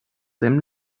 them